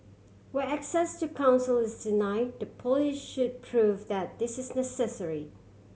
where access to counsel is deny the police should prove that this is necessary